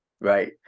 Right